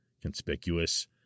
conspicuous